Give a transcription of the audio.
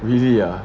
really ah